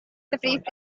state